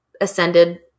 ascended